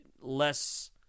less